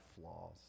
flaws